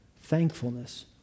thankfulness